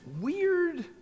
weird